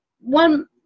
one